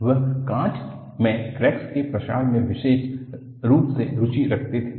वह कांच में क्रैकस के प्रसार में विशेष रूप से रुचि रखते थे